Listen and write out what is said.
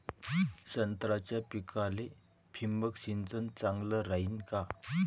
संत्र्याच्या पिकाले थिंबक सिंचन चांगलं रायीन का?